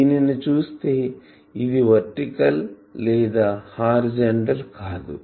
దీనిని చూస్తే ఇది వర్టికల్ లేదా హారిజాంటల్ కాదు